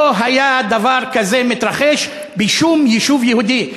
לא היה דבר כזה מתרחש בשום יישוב יהודי.